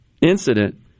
incident